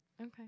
Okay